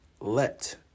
let